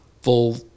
full